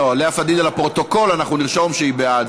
לאה פדידה, לפרוטוקול אנחנו נרשום שהיא בעד.